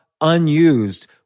unused